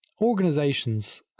Organizations